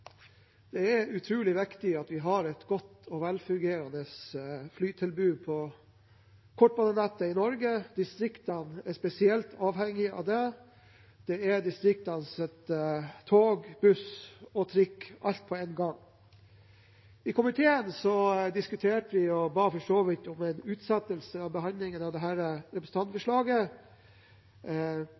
Det er utrolig viktig at vi har et godt og velfungerende flytilbud på kortbanenettet i Norge. Distriktene er spesielt avhengig av det. Det er distriktenes tog, buss og trikk – alt på en gang. I komiteen diskuterte vi og ba for så vidt om en utsettelse av behandlingen av dette representantforslaget, for det